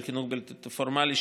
של חינוך בלתי פורמלי,